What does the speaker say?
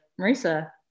Marisa